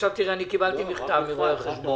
אני קיבלתי מכתב מרואי החשבון.